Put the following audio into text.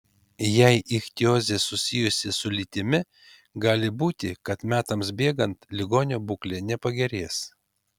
jei ichtiozė susijusi su lytimi gali būti kad metams bėgant ligonio būklė nepagerės